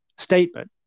statement